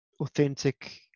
Authentic